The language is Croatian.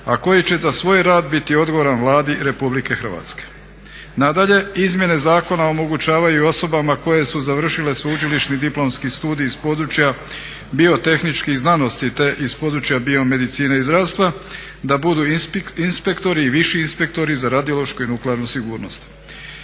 a koji će za svoj rad biti odgovoran Vladi RH. Nadalje, izmjene zakona omogućavaju i osobama koje su završile sveučilišni diplomski studij iz područja biotehničkih znanosti, te iz područje biomedicine i zdravstva da budu inspektori i viši inspektori za radiološku i nuklearnu sigurnost.